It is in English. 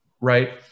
right